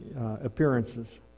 appearances